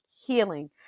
healing